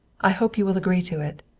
i hope you will agree to it.